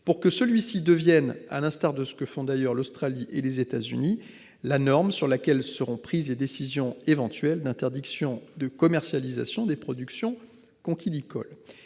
pour que celui-ci devienne à l'instar de ce que font d'ailleurs, l'Australie et les États-Unis. La norme sur laquelle seront prises les décisions éventuelles d'interdiction de commercialisation des production conchylicole